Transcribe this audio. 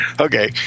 okay